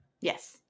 Yes